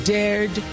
dared